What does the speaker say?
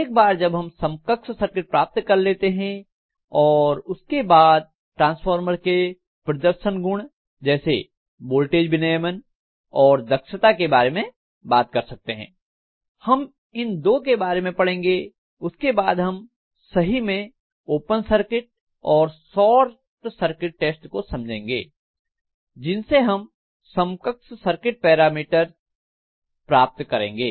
एक बार जब हम समकक्ष सर्किट प्राप्त कर लेते हैं तो उसके बाद ट्रांसफार्मर के प्रदर्शन गुण जैसे वोल्टेज विनियमन और दक्षता के बारे में बात कर सकते हैं हम इन दो के बारे में पढ़ेंगे उसके बाद हम सही में ओपन सर्किट और शार्ट सर्किट टेस्ट को समझेंगे जिनसे हम समकक्ष सर्किट पैरामीटर प्राप्त करेंगे